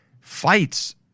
fights